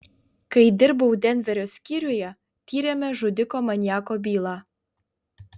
kai dirbau denverio skyriuje tyrėme žudiko maniako bylą